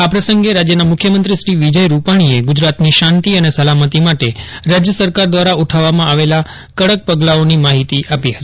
આ પ્રસંગે મુખ્યમંત્રી શ્રી વિજય રુપાજ્ઞીએ ગુજરાતની શાંતિ અને સલામતી માટે રાજ્ય સરકાર દ્વારા ઉઠાવવામાં આવેલા કડક પગલાંની માહિતી આપી હતી